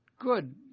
good